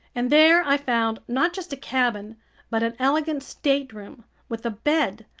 and there i found not just a cabin but an elegant stateroom with a bed,